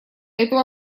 эту